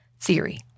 theory